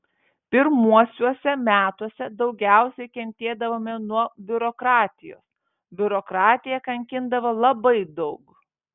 pirmuosiuose metuose daugiausiai kentėdavome nuo biurokratijos biurokratija kankindavo labai daug